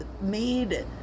made